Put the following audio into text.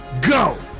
Go